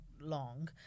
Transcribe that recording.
long